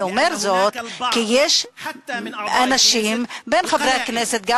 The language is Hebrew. אני אומר זאת כי יש אנשים בין חברי הכנסת,